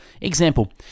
Example